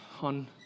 on